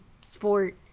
sport